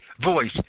voice